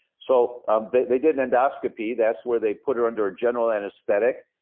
so um they they did an endoscopy, that's where they put her under a general anesthetic,